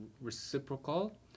reciprocal